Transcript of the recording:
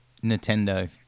Nintendo